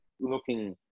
looking